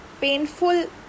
painful